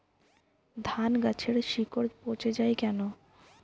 ধানগাছের শিকড় পচে য়ায় কেন?